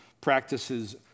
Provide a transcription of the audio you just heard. practices